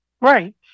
Right